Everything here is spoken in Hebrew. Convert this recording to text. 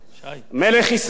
המלך,